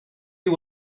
you